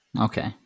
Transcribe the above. Okay